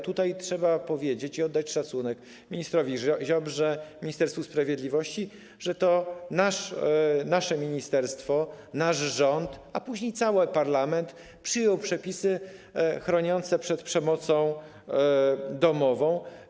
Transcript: Trzeba powiedzieć i oddać szacunek ministrowi Ziobrze, Ministerstwu Sprawiedliwości, że to nasze ministerstwo, nasz rząd, a później cały parlament przyjęły przepisy chroniące przed przemocą domową.